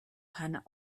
kann